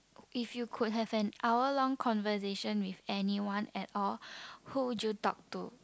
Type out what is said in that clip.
if you could have an hour long conversation with anyone at all who would you talk to